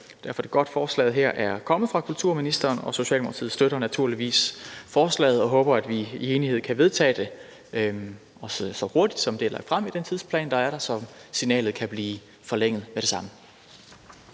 Derfor er det godt, at forslaget her er kommet fra kulturministeren, og Socialdemokratiet støtter naturligvis forslaget og håber, at vi i enighed kan vedtage det, også så hurtigt, som det er lagt frem i den tidsplan, der er der, så tilladelsen til signalet kan blive forlænget med det samme.